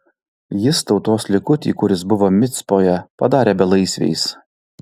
jis tautos likutį kuris buvo micpoje padarė belaisviais